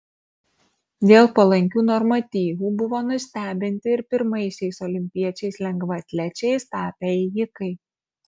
dėl palankių normatyvų buvo nustebinti ir pirmaisiais olimpiečiais lengvaatlečiais tapę ėjikai